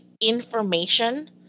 information